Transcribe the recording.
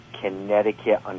Connecticut